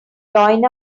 join